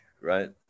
right